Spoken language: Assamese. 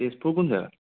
তেজপুৰ কোন জেগা